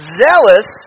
zealous